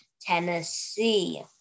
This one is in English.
Tennessee